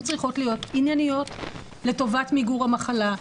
הן צריכות להיות ענייניות לטובת מיגור המחלה,